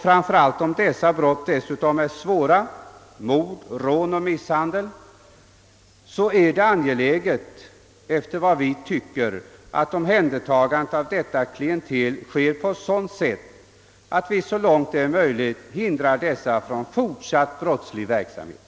framför allt om det dessutom är fråga om svåra brott, t.ex. mord och misshandel, är det angeläget att omhändertagandet av detta klientel sker på sådant sättt att vi så långt detta är möjligt hindrar vederbörande från fortsatt brottslig verksamhet.